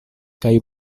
kaj